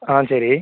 ஆ சரி